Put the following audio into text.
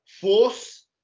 force